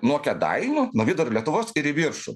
nuo kėdainių nuo vidurio lietuvos ir į viršų